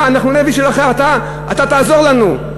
אתה תעזור לנו,